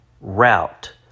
route